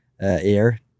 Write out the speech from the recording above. air